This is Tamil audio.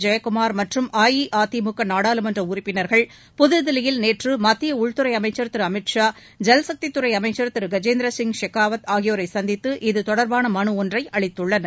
ஜெயக்குமார் மற்றும் அஇஅதிமுக நாடாளுமன்ற உறுப்பினர்கள் புதுதில்லியில் நேற்று மத்திய உள்துறை அமைச்சர் திரு அமித் ஷா ஜல்சக்தித்துறை அமைச்சர் திரு கஜேந்திரசிங் ஷெகாவத் ஆகியோரை சந்தித்து இதுதொடர்பான மலு ஒன்றை அளித்துள்ளனர்